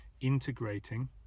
integrating